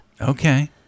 Okay